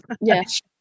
Yes